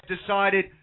decided